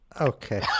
Okay